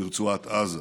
ברצועת עזה.